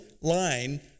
line